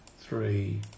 three